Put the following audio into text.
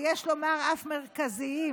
ויש לומר אף מרכזיים,